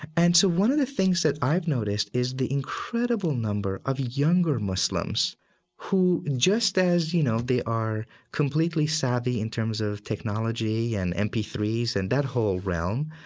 and so one of the things that i've noticed is the incredible number of younger muslims who, just as, you know, they are completely savvy in terms of technology and m p three s and that whole realm,